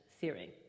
theory